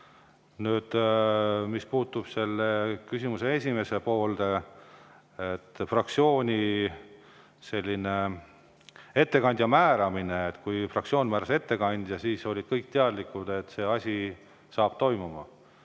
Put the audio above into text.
Mis puutub selle küsimuse esimesse poolde, fraktsiooni ettekandja määramisse: kui fraktsioon määras ettekandja, siis olid kõik teadlikud, et see asi saab toimuma.